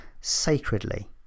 sacredly